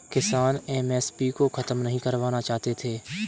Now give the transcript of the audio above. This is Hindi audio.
किसान एम.एस.पी को खत्म नहीं करवाना चाहते थे